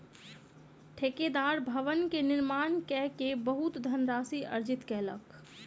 ठेकेदार भवन के निर्माण कय के बहुत धनराशि अर्जित कयलक